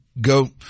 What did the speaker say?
go